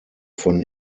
von